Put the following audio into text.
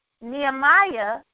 Nehemiah